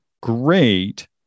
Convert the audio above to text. great